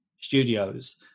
studios